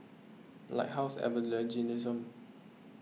Lighthouse Evangelism